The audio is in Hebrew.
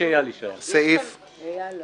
סעיף 4